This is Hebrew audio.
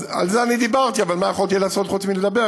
אז על זה דיברתי, אבל מה יכולתי לעשות חוץ מלדבר?